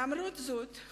למרות זאת,